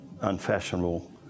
unfashionable